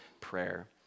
Prayer